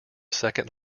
second